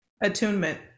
attunement